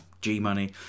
G-Money